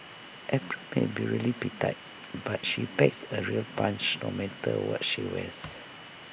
April may be really petite but she packs A real punch no matter what she wears